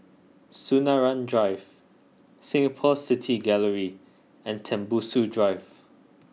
Sinaran Drive Singapore City Gallery and Tembusu Drive